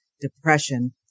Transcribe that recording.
depression